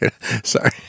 Sorry